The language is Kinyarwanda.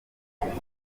kubera